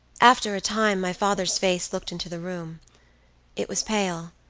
after a time my father's face looked into the room it was pale,